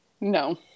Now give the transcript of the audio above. No